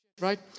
right